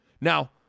Now